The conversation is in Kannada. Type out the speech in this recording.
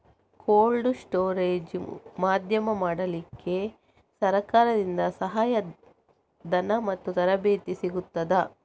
ಕೋಲ್ಡ್ ಸ್ಟೋರೇಜ್ ಉದ್ಯಮ ಮಾಡಲಿಕ್ಕೆ ಸರಕಾರದಿಂದ ಸಹಾಯ ಧನ ಮತ್ತು ತರಬೇತಿ ಸಿಗುತ್ತದಾ?